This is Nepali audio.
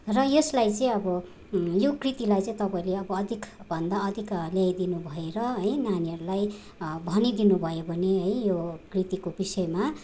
र यसलाई चाहिँ अब यो कृतिलाई चाहिँ तपाईँले अब अधिकभन्दा अधिक ल्याइदिनु भएर है नानीहरूलाई भनिदिनु भयो भने है यो कृतिको विषयमा